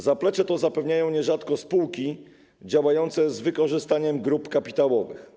Zaplecze to zapewniają nierzadko spółki działające z wykorzystaniem grup kapitałowych.